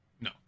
No